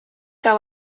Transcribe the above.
que